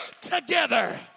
together